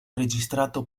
registrato